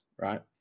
right